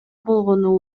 болгону